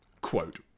Quote